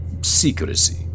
secrecy